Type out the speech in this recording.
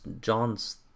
John's